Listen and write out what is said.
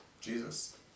Jesus